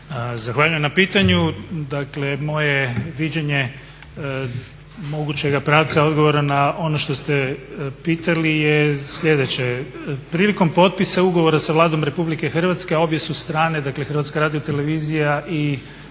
Zahvaljujem na pitanju. Dakle, moje viđenje mogućega pravca odgovora na ono što ste pitali je sljedeće. Prilikom potpisa ugovora sa Vladom RH obje su strane, dakle Hrvatska radiotelevizija i Vlada